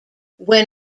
when